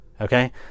okay